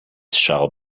shall